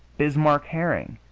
bismarck herring,